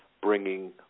bringing